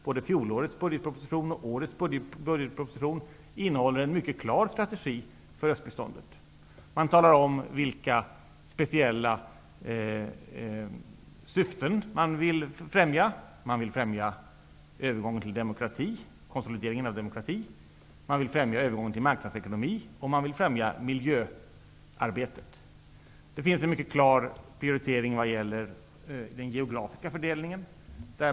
Både fjolårets budgetproposition och årets budgetproposition innehåller en mycket klar strategi för östbiståndet. Regeringen talar om vilka speciella syften den vill främja. Man vill främja övergången till demokrati och konsolideringen av demokratin, övergången till marknadsekonomi och miljöarbetet. Det finns en mycket klar prioritering vad gäller den geografiska fördelningen.